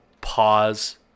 pause